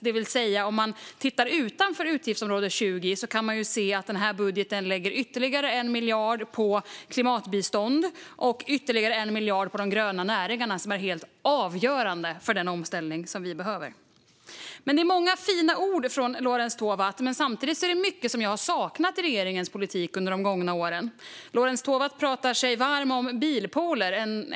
Det vill säga: Om man tittar utanför utgiftsområde 20 kan man se att vi i budgeten lägger ytterligare 1 miljard på klimatbistånd och ytterligare 1 miljard på de gröna näringarna, som är helt avgörande för den omställning som vi behöver. Det är många fina ord från Lorentz Tovatt, men samtidigt är det mycket som jag har saknat i regeringens politik under de gångna åren. Lorentz Tovatt talar sig varm för bilpooler.